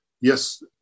yes